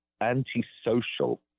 anti-social